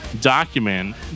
document